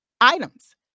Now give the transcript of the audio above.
items